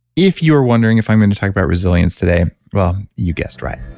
if you were wondering if i'm going to talk about resilience today, well, you guessed right